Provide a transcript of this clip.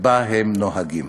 שבה הם נוהגים.